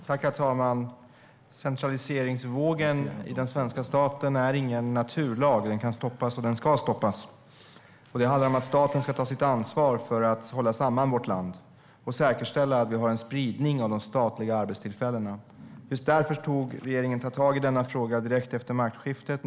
Herr talman! Centraliseringsvågen i den svenska staten är ingen naturlag. Det kan och ska stoppas. Staten ska ta sitt ansvar för att hålla samman vårt land och säkerställa en spridning av de statliga arbetstillfällena. Just därför tog regeringen tag i denna fråga direkt efter maktskiftet.